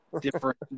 different